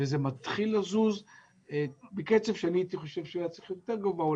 זה מתחיל לזוז בקצב שאני חושב שצריך להיות יותר מהיר,